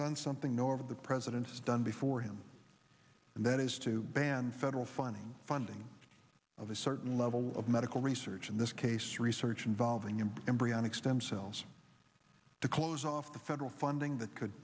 done something north of the president has done before him and that is to ban federal funding funding of a certain level of medical research in this case research involving in embryonic stem cells to close off the federal funding that could